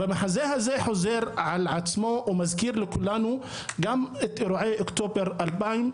המחזה הזה חוזר על עצמו ומזכיר לכולנו גם את אירועי אוקטובר 2000,